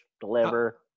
deliver